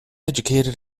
educated